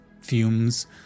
fumes